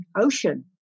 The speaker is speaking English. ocean